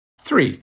Three